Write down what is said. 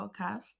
podcast